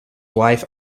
wife